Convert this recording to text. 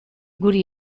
guri